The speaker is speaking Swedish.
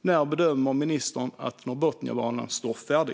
När bedömer ministern att Norrbotniabanan står färdig?